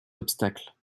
obstacles